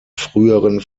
früheren